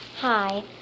Hi